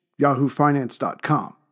yahoofinance.com